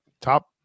top